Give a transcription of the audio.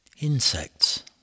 Insects